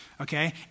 okay